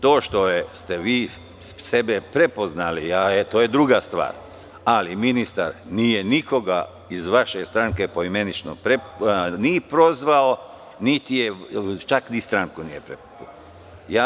To što ste vi sebe prepoznali to je druga stvar, ali ministar nije nikog iz vaše stranke poimenično ni prozvao, čak ni stranku nije prozvao.